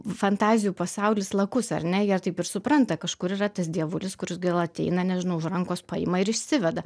fantazijų pasaulis lakus ar ne jie taip ir supranta kažkur yra tas dievulis kuris gal ateina nežinau už rankos paima ir išsiveda